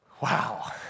Wow